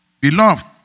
Beloved